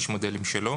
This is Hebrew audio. יש מודלים שאין את זה.